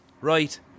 Right